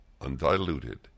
undiluted